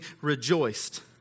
rejoiced